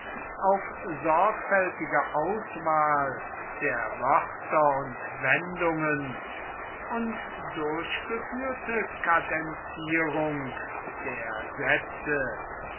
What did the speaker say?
auf sorgfältige auswahl der wörter und wendungen und durchgeführte kadenzierung der sätze